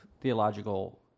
theological